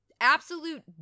absolute